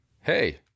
hey